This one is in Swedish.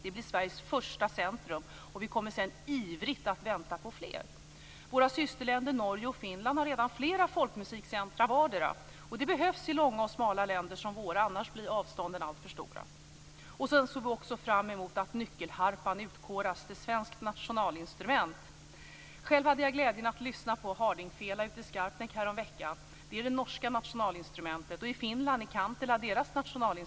Det blir Sveriges första centrum, och vi kommer sedan ivrigt att vänta på fler. Våra systerländer Norge och Finland har redan flera folkmusikcentrum vardera. Det behövs i långa och smala länder som våra, med avstånd som lätt blir alltför stora. Vi ser också fram emot att nyckelharpan utkoras till svenskt nationalinstrument. Själv hade jag glädjen att lyssna på hardingfela ute i Skarpnäck häromveckan. Det är det norska nationalinstrumentet. Nationalinstrumentet i Finland är kantele.